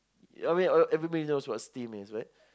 I mean all everybody know what steam is right